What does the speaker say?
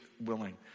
willing